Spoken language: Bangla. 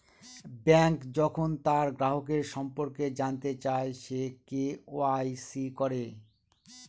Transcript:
ব্যাঙ্ক যখন তার গ্রাহকের সম্পর্কে জানতে চায়, সে কে.ওয়া.ইসি করে